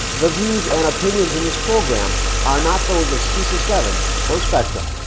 the views and opinions in this program are not those of cesa seven or spectrum.